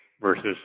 versus